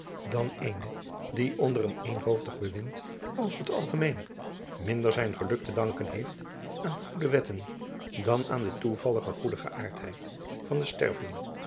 dan eenen die onder een eenhoofdig bewind over t algemeen minder zijn geluk te danken heeft aan goede wetten dan aan de toevallige goede geaardheid van den sterveling